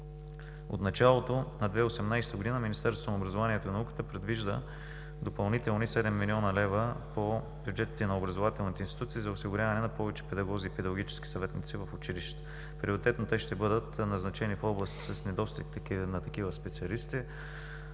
От началото на 2018 г. Министерството на образованието и науката предвижда допълнителни 7 млн. лв. по бюджети на образователните институции за осигуряване на повече педагози и педагогически съветници в училищата. Приоритетно те ще бъдат назначени в областите с недостиг на такива специалисти.